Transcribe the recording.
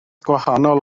gwahanol